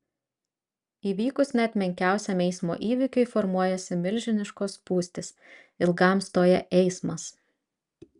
įvykus net menkiausiam eismo įvykiui formuojasi milžiniškos spūstys ilgam stoja eismas